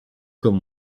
comme